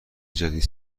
جدید